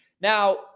Now